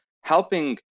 helping